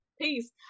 Peace